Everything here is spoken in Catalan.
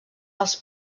els